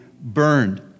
burned